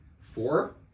Four